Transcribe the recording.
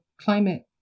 climate